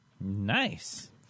Nice